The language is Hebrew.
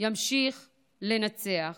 ימשיך לנצח.